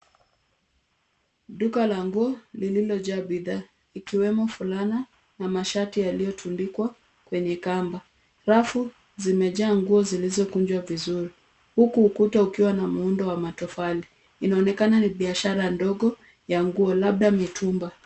Duka la nguo lililojaa bidhaa ikiwemo fulana na mashati yaliyotundikwa kwenye kamba. Rafu zimejaa nguo zilizokunjwa vizuri huku ukuta ukiwa na muundo wa matofali. Inaonekana ni biashara ndogo ya nguo labda mitumba.